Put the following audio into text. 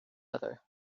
other